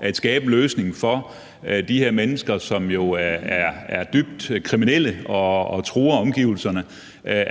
at skabe en løsning for de her mennesker, som jo er dybt kriminelle og truer omgivelserne,